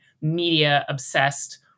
media-obsessed